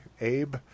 Abe